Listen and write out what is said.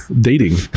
dating